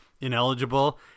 ineligible